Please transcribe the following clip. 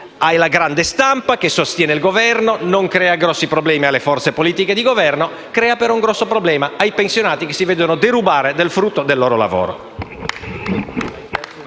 alla grande stampa, che sostiene il Governo; non crea grossi problemi alle forze politiche di Governo; crea però un grosso problema ai pensionati che si vedono derubare del frutto del loro lavoro.